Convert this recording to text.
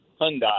hyundai